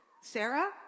Sarah